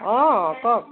অঁ কওক